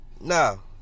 Now